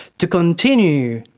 to continue,